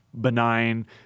benign